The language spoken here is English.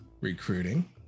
Recruiting